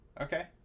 okay